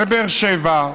בבאר שבע,